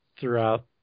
throughout